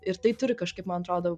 ir tai turi kažkaip mantrodo